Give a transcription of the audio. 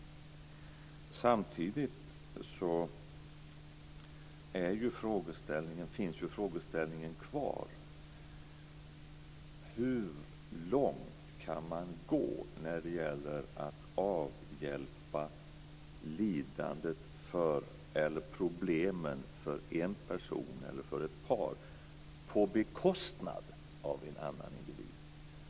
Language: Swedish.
Samtidigt finns ju frågeställningen kvar: Hur långt kan man gå när det gäller att avhjälpa lidandet eller problemen för en person eller för ett par på bekostnad av en annan individ?